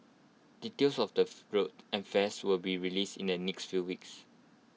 details of the route and fares will be released in the next few weeks